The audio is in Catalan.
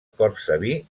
cortsaví